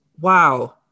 wow